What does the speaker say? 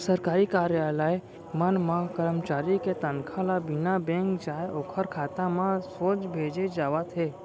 सरकारी कारयालय मन म करमचारी के तनखा ल बिना बेंक जाए ओखर खाता म सोझ भेजे जावत हे